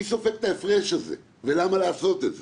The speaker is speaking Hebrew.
מי סופג את ההפרש הזה, ולמה לעשות את זה?